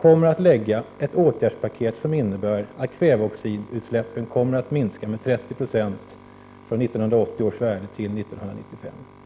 kommer att lägga fram förslag om ett åtgärdspaket som innebär att kväveoxidutsläppen kommer att minska med 30 20 från 1980 års nivå till 1995?